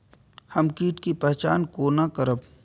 हम कीट के पहचान कोना करब?